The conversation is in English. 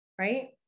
right